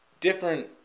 different